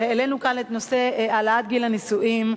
העלינו כאן את נושא העלאת גיל הנישואים.